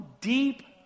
deep